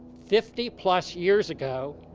fifty plus years ago,